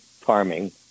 farming